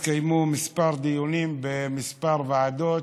התקיימו כמה דיונים בכמה ועדות,